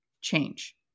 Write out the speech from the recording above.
change